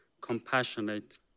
compassionate